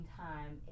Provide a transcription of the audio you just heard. time